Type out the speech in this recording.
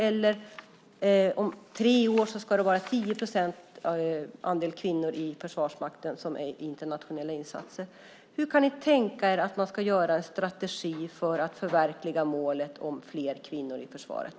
Eller kan man säga att om tre år ska andelen kvinnor i internationella insatser vara 10 procent? Vad kan ni tänka er för strategi för att förverkliga målet om fler kvinnor i försvaret?